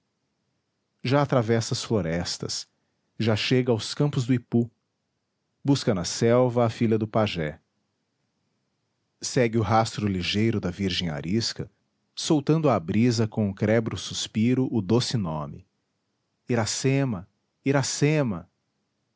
já atravessa as florestas já chega aos campos do ipu busca na selva a filha do pajé segue o rastro ligeiro da virgem arisca soltando à brisa com o crebro suspiro o doce nome iracema iracema